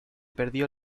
perdió